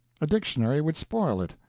a dictionary would spoil it.